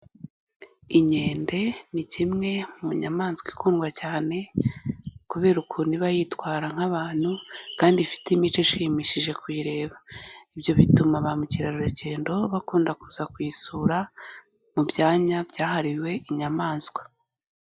Inkende ni kimwe mu nyamaswa ikundwa cyane kubera ukuntu iba yitwara nk'abantu kandi ifite imico ishimishije kuyireba. Ibyo bituma bamukerarugendo bakunda kuza kuyisura, mu byanya byahariwe inyamaswa.